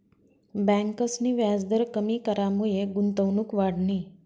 ब्यांकसनी व्याजदर कमी करामुये गुंतवणूक वाढनी